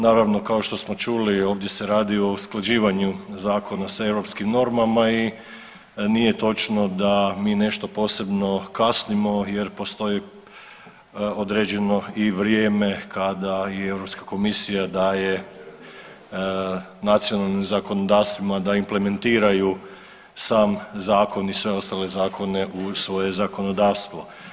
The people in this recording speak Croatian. Naravno kao što smo čuli ovdje se radi o usklađivanju zakona sa europskim normama i nije točno da mi nešto posebno kasnimo jer postoji određeno i vrijeme kada i Europska komisija daje nacionalnim zakonodavstvima da implementiraju sam zakon i sve ostale zakone u svoje zakonodavstvo.